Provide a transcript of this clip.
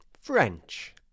French